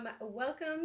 welcome